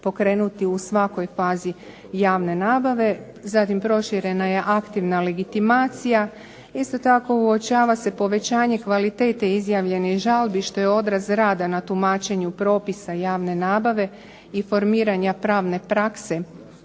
pokrenuti u svakoj fazi javne nabave. Zatim proširena je aktivna legitimacija. Isto tako uočava se povećanje kvalitete izjavljenih žalbi što je odraz rada na tumačenju propisa javne nabave i formiranja pravne prakse